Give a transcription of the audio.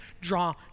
draw